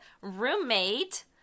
roommate